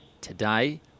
today